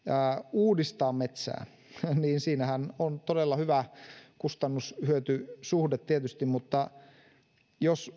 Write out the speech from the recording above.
uudistaa metsää niin siinähän on tietysti todella hyvä kustannus hyöty suhde mutta jos